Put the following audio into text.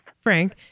Frank